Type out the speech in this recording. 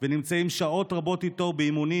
ונמצאים איתו שעות רבות באימונים,